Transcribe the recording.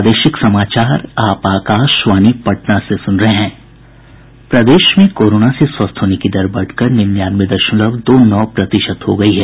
प्रदेश में कोरोना से स्वस्थ होने की दर बढ़कर निन्यानवे दशमलव दो नौ प्रतिशत हो गयी है